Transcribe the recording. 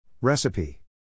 Recipe